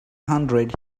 hundred